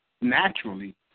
naturally